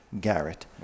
Garrett